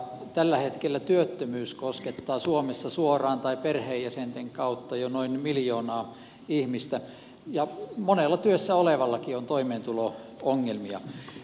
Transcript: tällä hetkellä työttömyys koskettaa suomessa suoraan tai perheenjäsenten kautta jo noin miljoonaa ihmistä ja monella työssä olevallakin on toimeentulo ongelmia